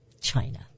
China